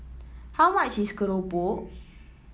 how much is Keropok